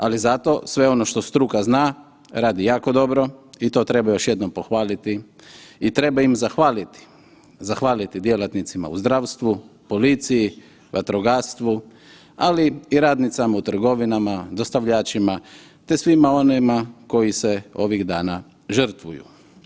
Ali zato sve ono što struka zna radi jako dobro i to treba još jednom pohvaliti i treba im zahvaliti, zahvaliti djelatnicima u zdravstvu, policiji, vatrogastvu, ali i radnicama u trgovinama, dostavljačima te svima onima koji se ovih dana žrtvuju.